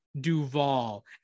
Duvall